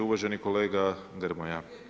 Uvaženi kolega Grmoja.